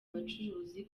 bacuruzi